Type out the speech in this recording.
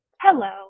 Hello